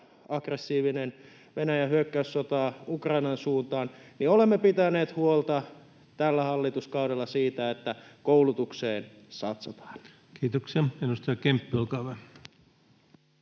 aggressiivinen Venäjän hyökkäyssota Ukrainan suuntaan — niin olemme pitäneet huolta tällä hallituskaudella siitä, että koulutukseen satsataan. [Speech 320] Speaker: